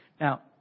Now